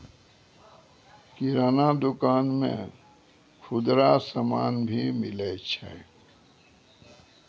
किराना दुकान मे खुदरा समान भी मिलै छै